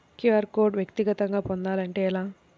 QR code వ్యక్తిగతంగా పొందాలంటే ఎలా?